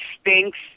stinks